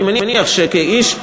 אני מניח שכאיש,